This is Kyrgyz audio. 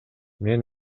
мен